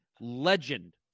legend